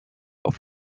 auf